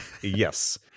yes